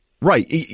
Right